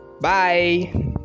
bye